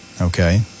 Okay